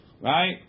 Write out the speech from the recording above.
right